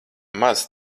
maz